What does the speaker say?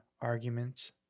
arguments